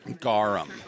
Garum